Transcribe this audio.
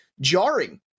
jarring